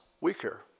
weaker